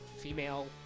female